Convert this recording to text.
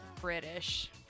British